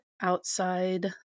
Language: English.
outside